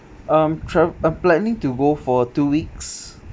um tra~ uh planning to go for two weeks